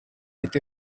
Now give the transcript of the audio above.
with